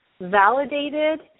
validated